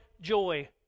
joy